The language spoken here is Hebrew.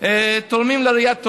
תורמים לראיית טוב.